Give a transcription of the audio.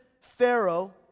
Pharaoh